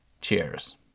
Cheers